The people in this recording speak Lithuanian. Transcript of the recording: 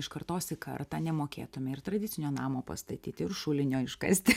iš kartos į kartą nemokėtume ir tradicinio namo pastatyti ir šulinio iškasti